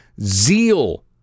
zeal